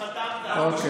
חשוב.